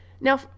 now